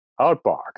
outbox